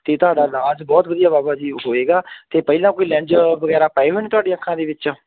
ਅਤੇ ਤੁਹਾਡਾ ਇਲਾਜ ਬਹੁਤ ਵਧੀਆ ਬਾਬਾ ਜੀ ਹੋਵੇਗਾ ਅਤੇ ਪਹਿਲਾਂ ਕੋਈ ਲੈਂਜ ਵਗੈਰਾ ਪਏ ਹੋਏ ਨੇ ਤੁਹਾਡੀਆਂ ਅੱਖਾਂ ਦੇ ਵਿੱਚ